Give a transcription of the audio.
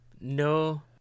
no